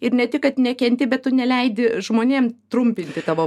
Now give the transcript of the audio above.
ir ne tik kad nekenti bet tu neleidi žmonėm trumpinti tavo